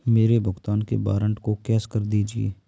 मेरे भुगतान के वारंट को कैश कर दीजिए